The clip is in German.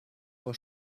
vor